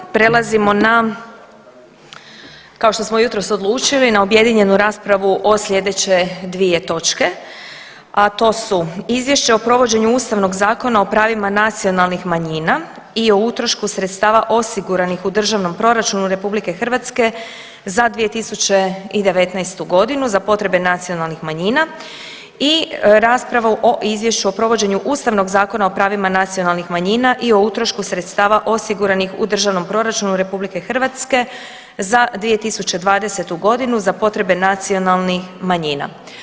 Prelazimo na kao što smo jutros odlučili na objedinjenu raspravu o sljedeće dvije točke, a to su: - Izvješće o provođenju Ustavnog zakona o pravima nacionalnih manjina i utrošku sredstava osiguranih u Državnom proračunu RH za 2019.g. za potrebe nacionalnih manjina i raspravu o: - Izvješću o provođenju Ustavnog zakona o pravima nacionalnih manjina i utrošku sredstava osiguranih u Državnom proračunu RH za 2020.g. za potrebe nacionalnih manjina.